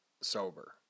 Sober